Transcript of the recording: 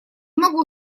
могу